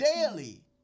daily